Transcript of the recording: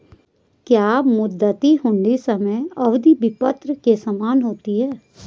क्या मुद्दती हुंडी समय अवधि विपत्र के समान होती है?